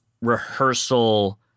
rehearsal